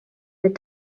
that